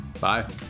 bye